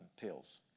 pills